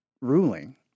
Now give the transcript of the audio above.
ruling